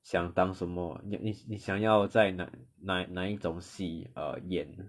想当什么你你你想要在哪哪哪一种戏 err 演